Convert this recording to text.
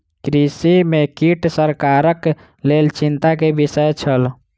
कृषि में कीट सरकारक लेल चिंता के विषय छल